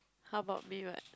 how about me what